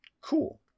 cool